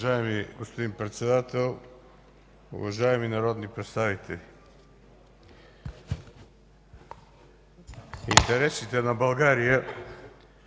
Уважаеми господин Председател, уважаеми народни представители! Интересите на България